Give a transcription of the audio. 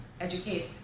educate